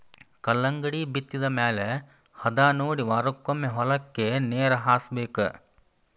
ಕಲ್ಲಂಗಡಿ ಬಿತ್ತಿದ ಮ್ಯಾಲ ಹದಾನೊಡಿ ವಾರಕ್ಕೊಮ್ಮೆ ಹೊಲಕ್ಕೆ ನೇರ ಹಾಸಬೇಕ